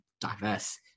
diverse